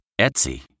Etsy